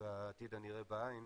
בעתיד הנראה לעין.